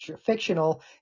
fictional